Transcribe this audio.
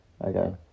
Okay